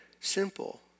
simple